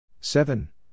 Seven